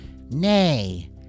Nay